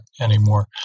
anymore